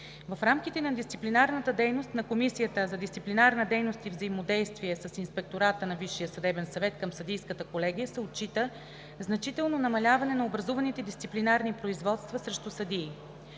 В рамките на дисциплинарната дейност на Комисията за дисциплинарна дейност и взаимодействие с Инспектората на ВСС към Съдийската колегия се отчита значително намаляване на образуваните дисциплинарни производства срещу съдии.